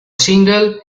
single